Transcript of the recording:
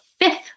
fifth